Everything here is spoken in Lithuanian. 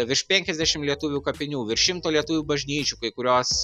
virš penkiasdešimt lietuvių kapinių virš šimto lietuvių bažnyčių kai kurios